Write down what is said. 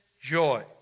joy